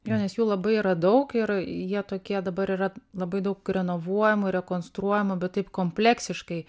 jo nes jų labai yra daug ir jie tokie dabar yra labai daug renovuojamų rekonstruojamų bet taip kompleksiškai